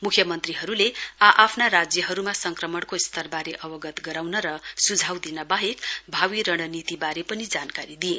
मुख्यमन्त्रीहरुले आ आफ्ना राज्यहरुमा संक्रमणको स्तरवारे अवगत गराउन र सुझाउ दिन वाहेक भावी रणनीतिवारे पनि जानकारी दिए